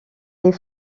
les